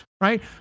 right